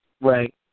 Right